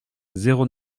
zéro